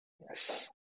Yes